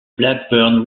blackburn